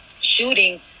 shooting